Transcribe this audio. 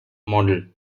model